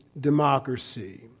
democracy